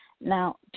Now